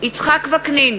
יצחק וקנין,